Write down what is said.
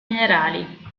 minerali